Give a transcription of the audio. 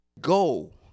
Go